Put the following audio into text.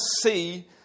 see